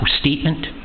statement